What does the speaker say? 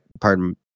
pardon